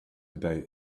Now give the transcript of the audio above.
about